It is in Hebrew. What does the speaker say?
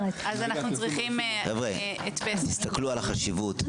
תסתכלו על החשיבות,